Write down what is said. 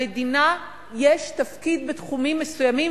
למדינה יש תפקיד בתחומים מסוימים,